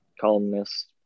columnist